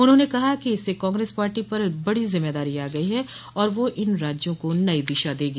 उन्होंने कहा है कि इससे कांग्रेस पार्टी पर बड़ी ज़िम्मेदारी आ गई है और वह इन राज्यों को नई दिशा देगी